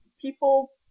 people